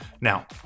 Now